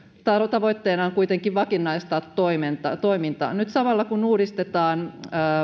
tavoitteena on kuitenkin vakinaistaa toimintaa nyt samalla kun uudistetaan